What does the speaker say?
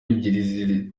ebyiri